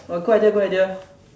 !wah! good idea good idea